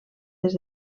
des